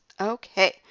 Okay